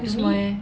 为什么 leh